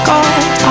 God